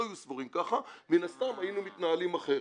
לו היו סבורים כך, מן הסתם היינו מתנהלים אחרת.